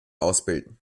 ausbilden